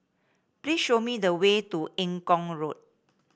please show me the way to Eng Kong Road